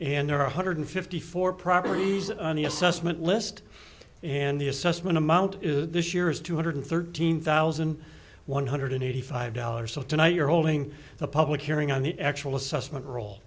and there are one hundred fifty four properties on the assessment list and the assessment amount is this year is two hundred thirteen thousand one hundred eighty five dollars so tonight you're holding the public hearing on the actual assessment roll